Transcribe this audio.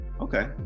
okay